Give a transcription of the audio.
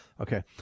Okay